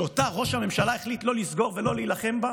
שאותה ראש הממשלה החליט לא לסגור ולא להילחם בה.